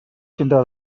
tindrà